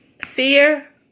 fear